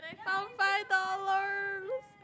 come five dollars